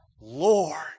Lord